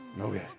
Okay